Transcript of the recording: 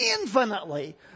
infinitely